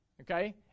okay